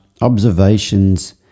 observations